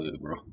bro